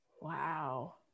Wow